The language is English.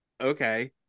Okay